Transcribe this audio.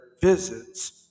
visits